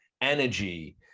energy